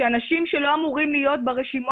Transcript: אנשים שלא אמורים להיות ברשימות